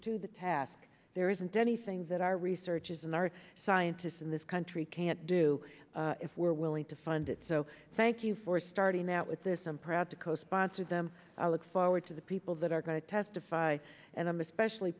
to the task there isn't anything that our researchers and our scientists in this country can't do if we're willing to fund it so thank you for starting out with this i'm proud to co sponsor them i look forward to the people that are going to testify and i'm especially